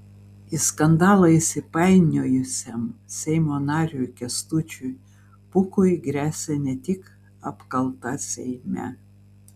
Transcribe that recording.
į skandalą įsipainiojusiam seimo nariui kęstučiui pūkui gresia ne tik apkalta seime